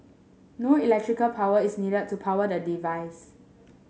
no electrical power is need to power the device